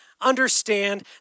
understand